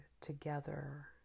together